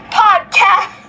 podcast